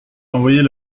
envoyer